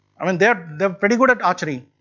i mean they are pretty good at archery.